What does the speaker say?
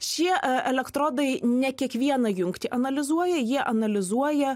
šie a elektrodai ne kiekvieną jungtį analizuoja jie analizuoja